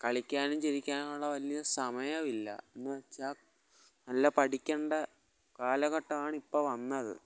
കളിക്കാനും ചിരിക്കാനുമുള്ള വലിയ സമയമില്ല എന്ന് വച്ചാൽ നല്ല പഠിക്കേണ്ട കാലഘട്ടമാണിപ്പോൾ വന്നത്